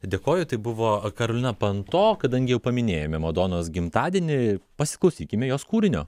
dėkoju tai buvo karolina panto kadangi jau paminėjome madonos gimtadienį pasiklausykime jos kūrinio